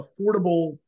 affordable